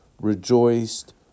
rejoiced